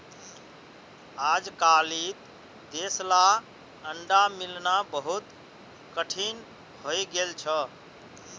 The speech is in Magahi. अजकालित देसला अंडा मिलना बहुत कठिन हइ गेल छ